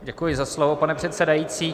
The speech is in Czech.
Děkuji za slovo, pane předsedající.